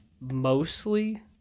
mostly